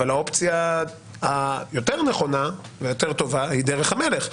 אבל האופציה היותר נכונה ויותר טובה היא דרך המלך,